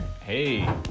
Hey